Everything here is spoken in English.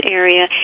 area